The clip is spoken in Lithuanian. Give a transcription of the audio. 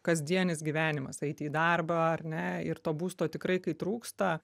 kasdienis gyvenimas eiti į darbą ar ne ir to būsto tikrai kai trūksta